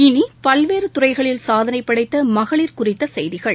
இனி பல்வேறு துறைகளில் சாதனை படைத்த மகளிர் குறித்த செய்திகள்